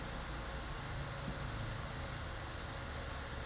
mm mm mm